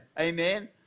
Amen